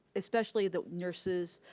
especially the nurses,